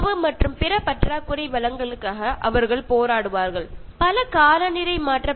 കാലാവസ്ഥാ വ്യതിയാനവുമായി ബന്ധപ്പെട്ട ധാരാളം സിനിമകളും ഉണ്ട്